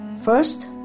First